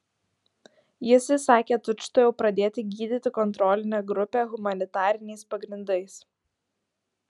jis įsakė tučtuojau pradėti gydyti kontrolinę grupę humanitariniais pagrindais